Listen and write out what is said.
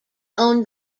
owned